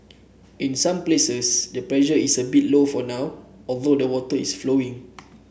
in some places the pressure is a bit low for now although the water is flowing